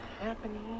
happening